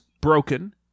broken